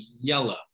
yellow